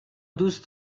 دوست